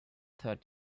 third